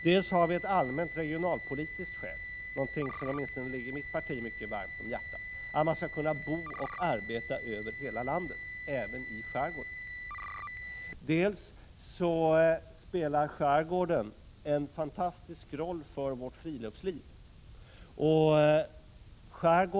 Dels har vi ett allmänt regionalpolitiskt skäl, något som ligger åtminstone mitt parti varmt om hjärtat — man skall kunna bo och arbeta över hela landet, även i skärgården —, dels spelar skärgården en fantastiskt stor roll för vårt friluftsliv.